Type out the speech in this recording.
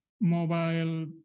mobile